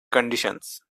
conditions